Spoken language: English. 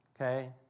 Okay